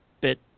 bit